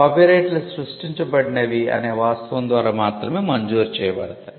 కాపీరైట్లు సృష్టించబడినవి అనే వాస్తవం ద్వారా మాత్రమే మంజూరు చేయబడతాయి